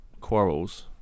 quarrels